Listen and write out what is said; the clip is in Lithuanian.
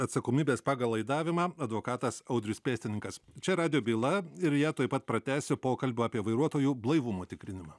atsakomybės pagal laidavimą advokatas audrius pėstininkas čia radijo byla ir ją tuoj pat pratęsiu pokalbį apie vairuotojų blaivumo tikrinimą